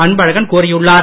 அன்பழகன் கூறியுள்ளார்